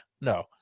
no